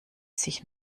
sich